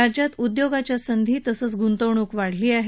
राज्यात उद्योगांच्या संधी तसंच गुंतवणूक वाढली आहे